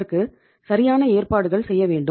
இதற்கு சரியான ஏற்பாடுகள் செய்ய வேண்டும்